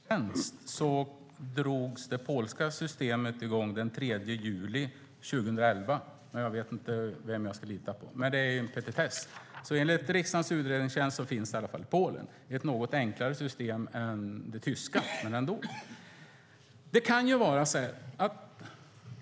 Herr talman! Enligt riksdagens utredningstjänst drog det polska systemet i gång den 3 juli 2011. Jag vet inte vem jag ska lita på, men det är en petitess. Enligt riksdagens utredningstjänst finns det i Polen, men det är ett något enklare system än det tyska.